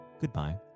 goodbye